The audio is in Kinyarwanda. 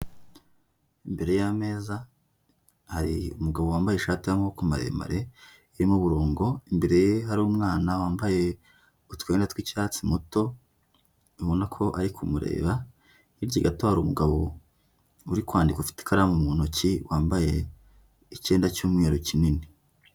Imbere y'ameza hari umugabo wambaye ishati y'amaboko maremare irimo uburongo, imbere ye hari umwana wambaye utwenda tw'icyatsi muto, ubona ko ari kumureba, hirya gato hari umugabo uri kwandika ufite ikaramu mu ntoki wambaye icyenda cy'umweru kinini.